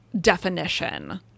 definition